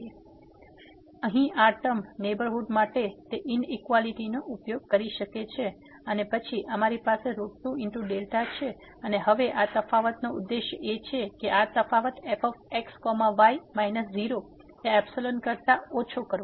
તેથી અહીં આ ટર્મ નેહબરહુડ માટે તે ઇનઇક્વાલીટી નો ઉપયોગ કરી શકે છે અને પછી અમારી પાસે 2δ છે અને હવે આ તફાવતનો ઉદ્દેશ એ છે કે આ તફાવત fx y માઈનસ 0 એ ϵ કરતા ઓછો કરવો